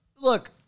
look